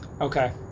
Okay